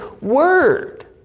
word